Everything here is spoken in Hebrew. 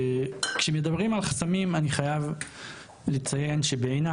כשמדברים על חסמים אני חייב לציין שבעיני